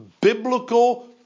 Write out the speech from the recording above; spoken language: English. biblical